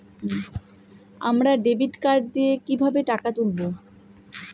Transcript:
আমরা debit card দিয়ে কিভাবে টাকা তুলবো?